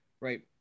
right